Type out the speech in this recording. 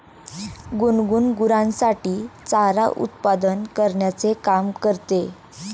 गुनगुन गुरांसाठी चारा उत्पादन करण्याचे काम करते